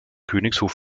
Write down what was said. königshof